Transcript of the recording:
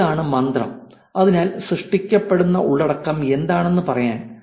ഏതാണ് മന്ത്രം അതിനാൽ സൃഷ്ടിക്കപ്പെടുന്ന ഉള്ളടക്കം എന്താണെന്ന് പറയാൻ